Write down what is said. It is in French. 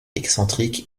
excentrique